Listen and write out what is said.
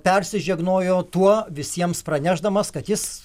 persižegnojo tuo visiems pranešdamas kad jis